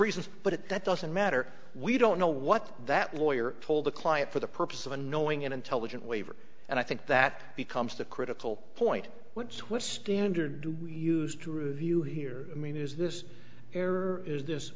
reasons but it that doesn't matter we don't know what that lawyer told a client for the purpose of annoying and intelligent waiver and i think that becomes the critical point when swiss standard we used to review here i mean is this error is